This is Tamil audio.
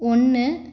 ஒன்று